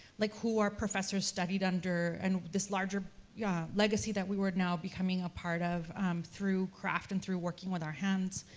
like, who our professors studied under, and this larger yeah legacy that we were now becoming a part of through craft, and through working with our hands,